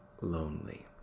lonely